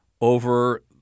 over